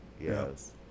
Yes